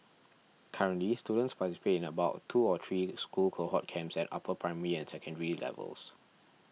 currently students participate in about two or three school cohort camps at upper primary and secondary levels